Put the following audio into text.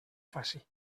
faci